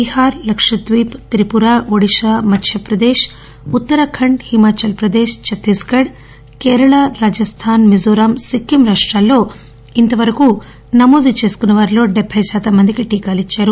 Bihar Lakshadweep Tripura Odisha Madhya Pradesh Uttarakhand Himachal Pradesh Chhattisgarh Kerala Rajasthan Mizoram Sikkim రాష్టాల్లో ఇంతవరకు నమోదు చేసుకున్న వారిలో డెట్బె శాతం మందికి టీకాలు ఇచ్చారు